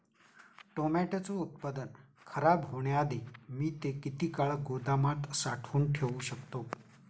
टोमॅटोचे उत्पादन खराब होण्याआधी मी ते किती काळ गोदामात साठवून ठेऊ शकतो?